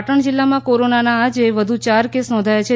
પાટણ જિલ્લામાં કોરોનાના આજે વધુ ચાર કેસ નોંધાયા છે